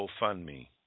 GoFundMe